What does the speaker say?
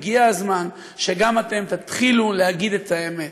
הגיע הזמן שגם אתם תתחילו להגיד את האמת: